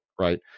right